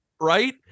right